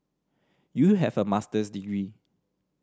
you have a Master's degree